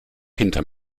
hinterm